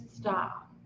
stop